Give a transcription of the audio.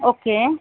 okay